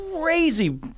crazy